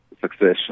succession